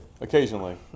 occasionally